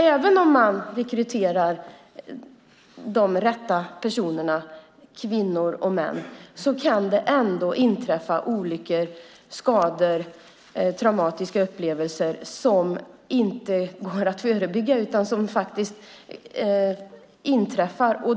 Även om man rekryterar rätt kvinnor och män kan det dock inträffa olyckor, skador och traumatiska upplevelser som inte går att förebygga.